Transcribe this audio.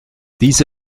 diese